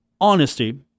honesty